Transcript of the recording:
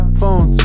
Phones